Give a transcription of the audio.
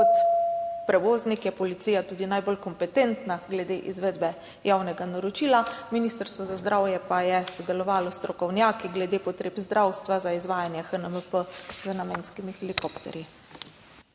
Kot prevoznik je policija tudi najbolj kompetentna glede izvedbe javnega naročila, Ministrstvo za zdravje pa je sodelovalo s strokovnjaki glede potreb zdravstva za izvajanje HNMP z namenskimi helikopterji.